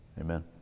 Amen